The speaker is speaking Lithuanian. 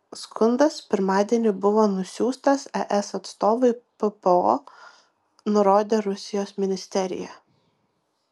skundas pirmadienį buvo nusiųstas es atstovui ppo nurodė rusijos ministerija